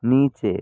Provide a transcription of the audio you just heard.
নিচে